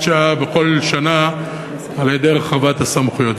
שעה בכל שנה על-ידי הרחבת הסמכויות,